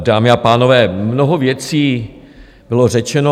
Dámy a pánové, mnoho věcí bylo řečeno.